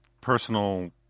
personal –